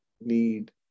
need